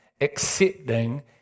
accepting